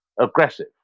aggressive